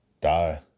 die